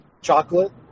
chocolate